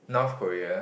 North Korea